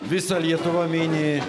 visa lietuva mini